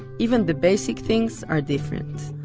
even the basic things are different